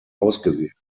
ausgewählt